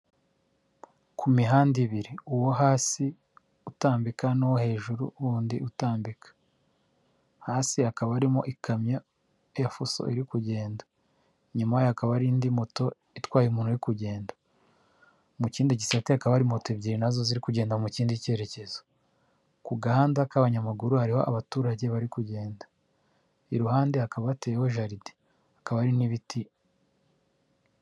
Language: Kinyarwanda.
Ku mihanda ibiri, uwo hasi utambika n'uwo hejuru wundi utambika hasi hakaba harimo ikamyo ya fuso iri kugenda, inyuma y'aho hakaba hari indi moto itwaye umuntu uri kugenda, mu kindi gisate hakaba hari moto ebyiri na zo ziri kugenda mu kindi cyerekezo, ku gahanda k'abanyamaguru hariho abaturage bari kugenda. Iruhande hakaba hateyeho jaride, hakaba hari n'ibiti.